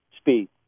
speed